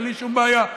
אין לי שום בעיה,